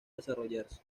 desarrollarse